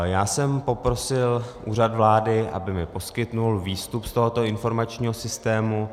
Já jsem poprosil Úřad vlády, aby mi poskytl výstup z tohoto informačního systému.